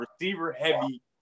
receiver-heavy –